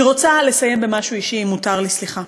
אני רוצה לסיים במשהו אישי, אם מותר לי, סליחה.